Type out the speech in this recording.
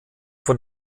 von